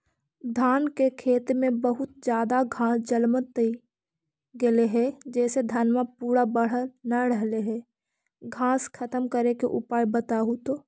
धान के खेत में बहुत ज्यादा घास जलमतइ गेले हे जेसे धनबा पुरा बढ़ न रहले हे घास खत्म करें के उपाय बताहु तो?